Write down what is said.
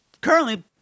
currently